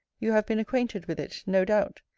you have been acquainted with it no doubt.